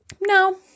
No